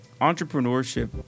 entrepreneurship